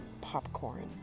popcorn